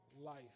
life